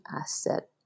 asset